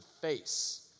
face